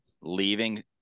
leaving